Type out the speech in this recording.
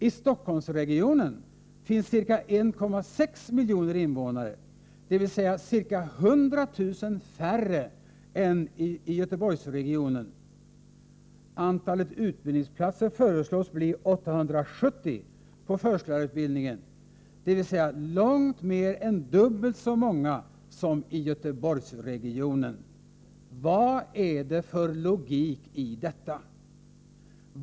I Stockholmsregionen finns ca 1,6 miljoner invånare, dvs. ca 100 000 färre än i Göteborgsregionen. Antalet utbildningsplatser föreslås bli 870 på förskollärarutbildningen, dvs. långt mer än dubbelt så många som i Göteborgsregionen. Vad är det för logik i detta?